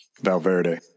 Valverde